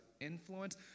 influence